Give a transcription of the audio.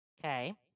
Okay